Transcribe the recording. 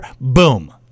boom